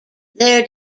their